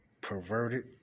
perverted